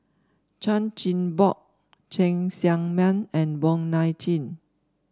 Chan Chin Bock Cheng Tsang Man and Wong Nai Chin